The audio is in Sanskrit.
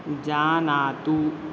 जानातु